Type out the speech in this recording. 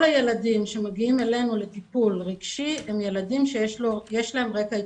כל הילדים שמגיעים אלינו לטיפול רגשי הם ילדים שיש להם רקע התפתחותי.